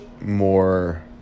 more